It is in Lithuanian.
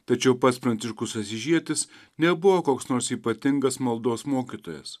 tačiau pats pranciškus asyžietis nebuvo koks nors ypatingas maldos mokytojas